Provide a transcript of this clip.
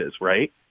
right